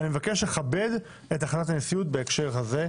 אני מבקש לכבד את החלטת הנשיאות בהקשר הזה,